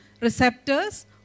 receptors